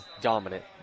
dominant